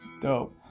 Dope